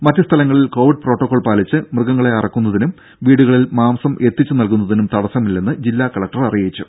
മറ്റുസ്ഥലങ്ങളിൽ Covid protocol പാലിച്ച് മൃഗങ്ങളെ അറക്കുന്നതിനും വീടുകളിൽ മാംസം എത്തിച്ചു നൽകുന്നതിനും തടസ്സമില്ലെന്ന് ജില്ലാ കലക്ടർ അറിയിച്ചു